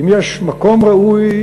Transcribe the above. אם יש מקום ראוי,